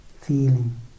feeling